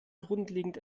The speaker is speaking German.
grundlegend